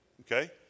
Okay